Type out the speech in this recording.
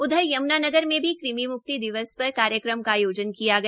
उधर यम्नानगर में भी कृमि म्क्ति दिवस पर कार्यक्रम का आयोजन किया गया